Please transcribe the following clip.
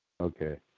Okay